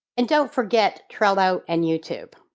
and don't forget trello and youtube.